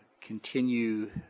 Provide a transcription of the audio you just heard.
continue